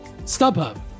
StubHub